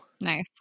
Nice